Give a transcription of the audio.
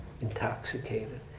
intoxicated